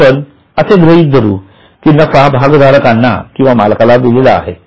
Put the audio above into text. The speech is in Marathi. आपण असे गृहीत धरू की नफा भागधारकांना किंवा मालकाला दिला आहे